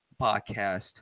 podcast